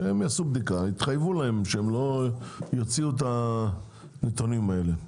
שיעשו בדיקה ויתחייבו להם שהם לא יוצאו את הנתונים האלה.